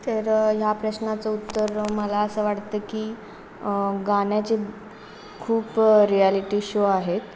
तर ह्या प्रश्नाचं उत्तर मला असं वाटतं की गाण्याचे खूप रियालिटी शो आहेत